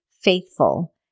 faithful